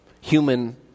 human